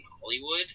Hollywood